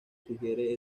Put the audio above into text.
sugiere